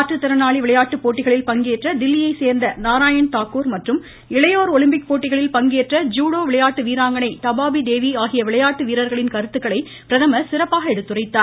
மாற்றுத்திறனாளி விளையாட்டுப் போட்டிகளில் பங்கேற்ற தில்லியைச் சேர்ந்த நாராயண் தாக்கூர் மற்றும் இளையோர் ஒலிம்பிக் போட்டிகளில் பங்கேற்ற ஜுடோ விளையாட்டு வீராங்கணை தபாபிதேவி ஆகிய விளையாட்டு வீரர்களின் கருத்துக்களை பிரதமர் சிறப்பாக எடுத்துரைத்தார்